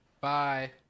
Bye